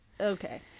Okay